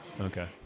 okay